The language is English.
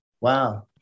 Wow